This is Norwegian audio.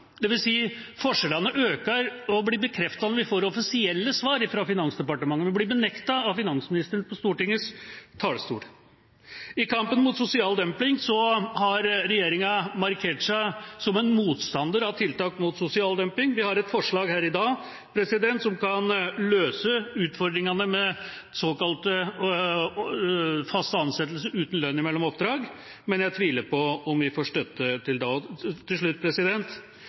Forskjellene øker, og det blir bekreftet når vi får offisielle svar fra Finansdepartementet, men blir benektet av finansministeren på Stortingets talerstol. I kampen mot sosial dumping har regjeringa markert seg som en motstander av tiltak mot sosial dumping. Vi har et forslag her i dag som kan løse utfordringene med såkalte faste ansettelser uten lønn mellom oppdrag, men jeg tviler på at vi får støtte til det. Og til slutt: